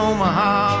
Omaha